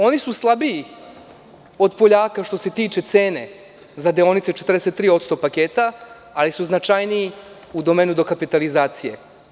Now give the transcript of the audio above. Oni su slabiji od Poljaka što se tiče cene za deonice od 43% paketa, ali su značajniji u domenu dokapitalizacije.